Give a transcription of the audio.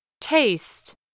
Taste